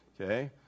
Okay